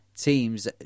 teams